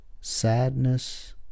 sadness